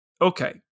okay